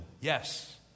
Yes